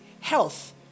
health